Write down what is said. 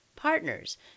partners